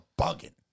bugging